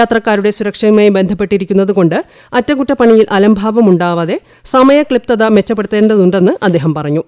യാത്രക്കാരുടെ സുരക്ഷയുമായി ബന്ധപ്പെട്ടിരിക്കുന്നതുകൊണ്ട് അറ്റകുറ്റപ്പണിയിൽ അലംഭാവം ഉണ്ടാവാതെ സമയക്ലിപ്തത മെച്ചപ്പെടുത്തേണ്ടതുണ്ടെന്ന് അദ്ദേഹം പറഞ്ഞു